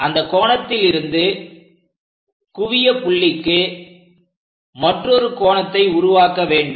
அந்த கோணத்தில் இருந்து குவியபுள்ளிக்கு மற்றொரு கோணத்தை உருவாக்க வேண்டும்